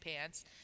pants